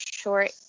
Short